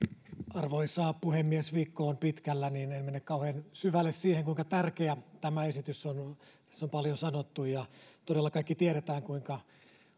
arvoisa puhemies viikko on pitkällä niin en mene kauhean syvälle siihen kuinka tärkeä tämä esitys on on tässä on paljon sanottu ja todella kaikki tiedämme kuinka